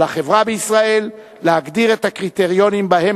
על החברה בישראל להגדיר את הקריטריונים שבהם